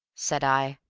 said i.